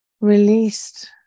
Released